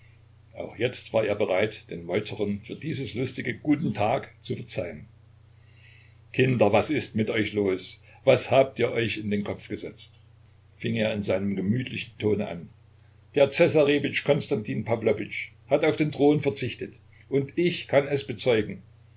auch jetzt war er bereit den meuterern für dieses lustige guten tag zu verzeihen kinder was ist mit euch los was habt ihr euch in den kopf gesetzt fing er in seinem gemütlichen tone an der zessarewitsch konstantin pawlowitsch hat auf den thron verzichtet und ich kann es bezeugen